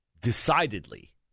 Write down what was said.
decidedly